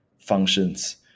functions